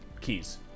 keys